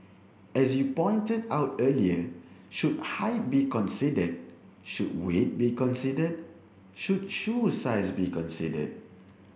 as you pointed out earlier should height be considered should weight be considered should shoe size be considered